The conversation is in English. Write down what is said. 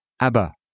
Abba